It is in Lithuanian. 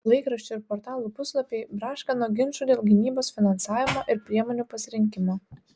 laikraščių ir portalų puslapiai braška nuo ginčų dėl gynybos finansavimo ir priemonių pasirinkimo